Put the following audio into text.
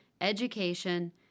education